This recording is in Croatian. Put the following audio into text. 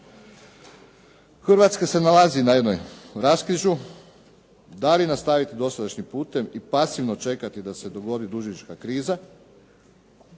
Hrvatska se nalazi na jednom raskrižju. Da li nastaviti dosadašnjim putem i pasivno čekati da se dogodi dužnička kriza